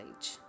age